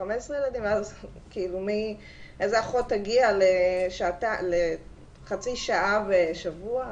15 ילדים, ואז איזו אחות תגיע לחצי שעה בשבוע.